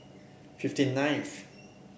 fifty ninth